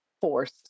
force